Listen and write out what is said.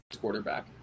quarterback